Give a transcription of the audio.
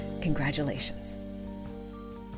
Congratulations